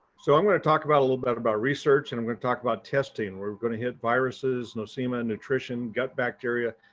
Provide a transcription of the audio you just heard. so i'm going to talk about a little bit about research and i'm going to talk about testing. and we're going to hit viruses, nosema, nutrition, gut bacteria,